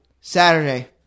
Saturday